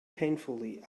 painfully